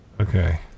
Okay